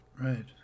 Right